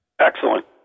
Excellent